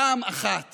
פעם אחת